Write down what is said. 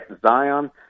Zion